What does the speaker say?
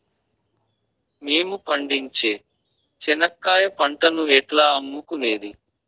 మేము పండించే చెనక్కాయ పంటను ఎట్లా అమ్ముకునేది?